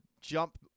jump